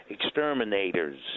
exterminators